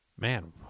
man